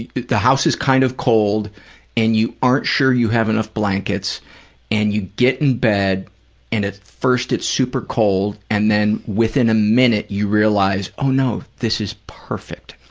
the house is kind of cold and you aren't sure you have enough blankets and you get in bed and at first it's super cold and then, within a minute, you realize, oh, no, this is perfect,